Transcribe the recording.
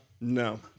No